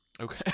Okay